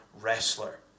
Wrestler